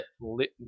lit